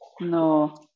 No